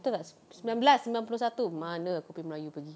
betul tak sembilan belas sembilan puluh satu mana kita punya melayu pergi